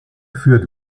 führt